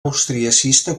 austriacista